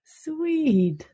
Sweet